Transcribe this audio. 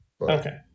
Okay